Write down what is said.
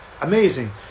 amazing